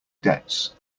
debts